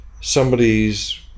somebody's